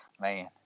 Man